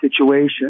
situation